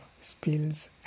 spills